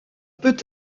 peut